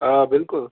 آ بلکل